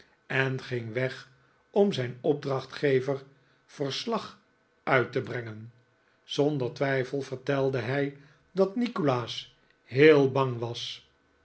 en ging weg om zijn opdrachtgever verslag uit te brengen zonder twijfel vertelde hij dat nikolaas heel bang was